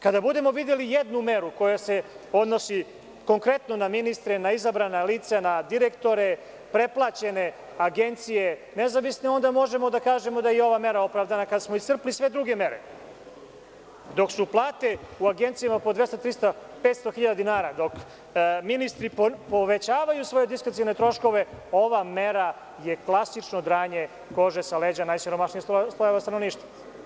Kada budemo videli jednu meru koja se odnosi na ministre, na izabrana lica, na direktore, preplaćene agencije, nezavisne, onda možemo da kažemo da je i ova mera opravdana, kada smo iscrpeli sve druge mere, dok su plate u agencijama po 200, 300, 500 hiljada dinara, dok ministri povećavaju svoje diskrecione troškove, ova mera je klasično dranje kože sa leđa najsiromašnijeg stanovništva.